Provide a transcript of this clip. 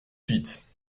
suite